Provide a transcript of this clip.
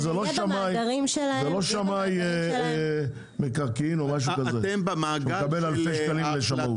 זה לא כמו שמאי מקרקעין וכד' שמקבל אלפי שקלים לשמאות.